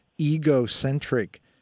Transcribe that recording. egocentric